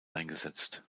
eingesetzt